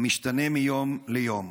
המשתנה מיום ליום.